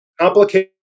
Complicated